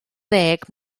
ddeg